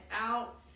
out